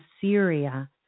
Syria